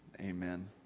amen